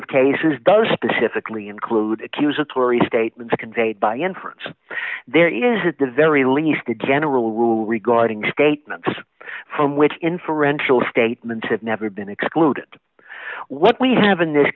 of cases does specifically include accusatory statements conveyed by inference there is at the very least a general rule regarding statements from which inferential statements have never been excluded what we have in this